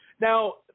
now